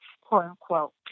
quote-unquote